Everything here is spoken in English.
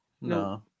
No